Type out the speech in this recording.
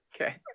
okay